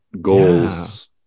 goals